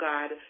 God